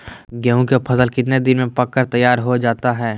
गेंहू के फसल कितने दिन में पक कर तैयार हो जाता है